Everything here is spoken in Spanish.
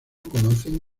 conocen